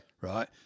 Right